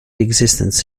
existence